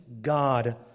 God